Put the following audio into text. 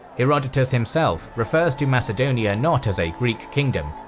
herodotus himself refers to macedonia not as a greek kingdom,